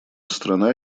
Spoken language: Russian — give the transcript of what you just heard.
страна